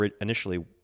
initially